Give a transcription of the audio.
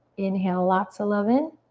inhale lots of love in.